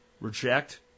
reject